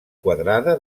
quadrada